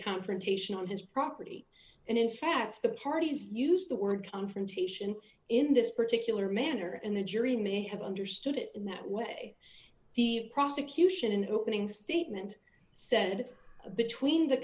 confrontation on his property and in fact the parties used the word confrontation in this particular manner and the jury may have understood it in that way the prosecution in opening statement said between the